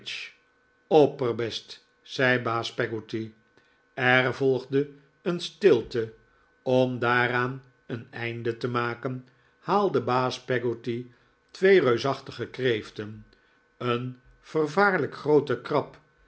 opperbest zei baas peggotty er volgde een stilte om daaraan een einde te maken haalde baas peggotty twee reusachtige kreeften een vervaarlijk groote krab